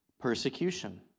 persecution